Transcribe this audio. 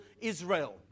Israel